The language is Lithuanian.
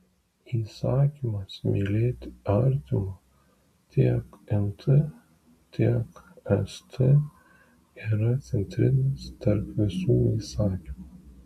įsakymas mylėti artimą tiek nt tiek st yra centrinis tarp visų įsakymų